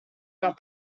your